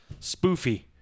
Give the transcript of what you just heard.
spoofy